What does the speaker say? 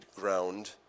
ground